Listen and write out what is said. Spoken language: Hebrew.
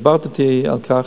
ודיברת אתי על כך: